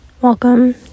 welcome